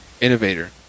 Innovator